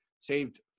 saved